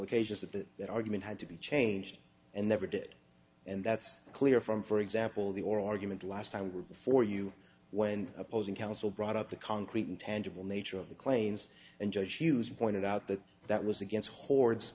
occasions that that argument had to be changed and never did and that's clear from for example the oral argument last time were before you when opposing counsel brought up the concrete and tangible nature of the claims and judge hughes pointed out that that was against hordes